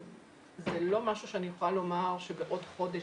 זה לא משהו שאני יכולה לומר שבעוד חודש